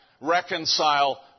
reconcile